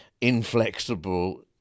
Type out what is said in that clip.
inflexible